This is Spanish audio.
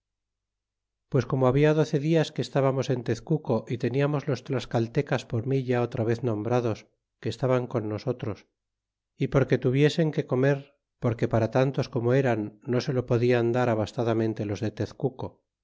pues como babia doce dias que estábamos en tezcamo y teniamos los tlascaltecas por mi ya otra vez nombrados que estaban con nosotros yporque tuviesen que comer porque para tantos como eran no se lo podian dar abastadamente los de tezcnco